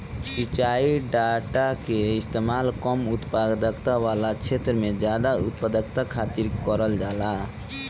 सिंचाई डाटा कअ इस्तेमाल कम उत्पादकता वाला छेत्र में जादा उत्पादकता खातिर करल जाला